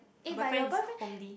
eh but your boyfriend